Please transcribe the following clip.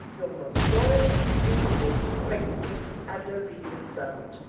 your most loyall, dutifull, faithfull and obedient servant,